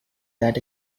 that